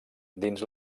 dins